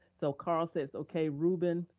so carl says okay, ruben.